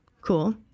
Cool